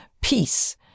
Peace